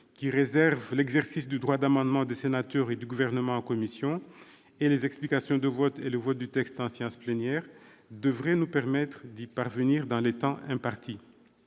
d'une part, l'exercice du droit d'amendement des sénateurs et du Gouvernement en commission et, d'autre part, les explications de vote et le vote du texte en séance plénière, devraient nous permettre d'y parvenir dans les temps impartis.